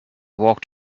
walked